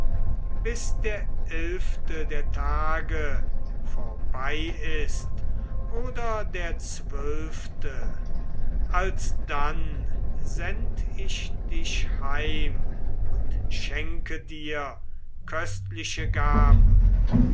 bis der elfte der tage vorbei ist oder der zwölfte alsdann send ich dich heim und schenke dir köstliche gaben